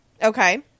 okay